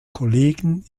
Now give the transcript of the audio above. kollegen